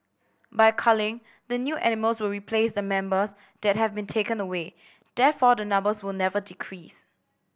by culling the new animals will replace the numbers that have been taken away therefore the numbers will never decrease